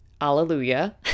hallelujah